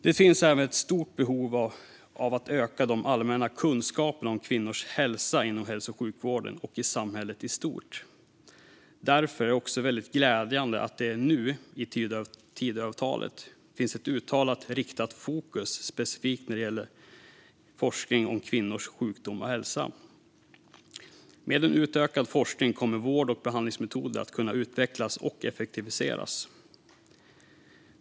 Det finns även stort behov av att öka de allmänna kunskaperna om kvinnors hälsa inom hälso och sjukvården och i samhället i stort. Därför är det glädjande att det nu, i Tidöavtalet, finns ett uttalat riktat fokus specifikt på forskning om kvinnors sjukdomar och hälsa. Med utökad forskning kommer vård och behandlingsmetoder att kunna utvecklas och effektiviseras.